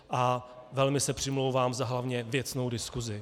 A velmi se přimlouvám hlavně za věcnou diskusi.